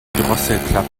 drosselklappe